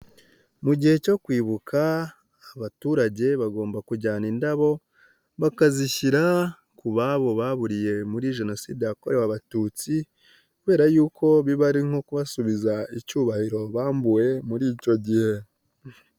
Mu gihe cyo kwibuka, abaturage bagomba kujyana indabo bakazishyira ku babo baburiye muri Jenoside yakorewe abatutsi, kubera y'uko biba ari nko kubasubiza icyubahiro bambuwe muri icyo gihe.